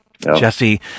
Jesse